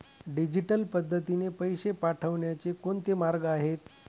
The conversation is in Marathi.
डिजिटल पद्धतीने पैसे पाठवण्याचे कोणते मार्ग आहेत?